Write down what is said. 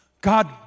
God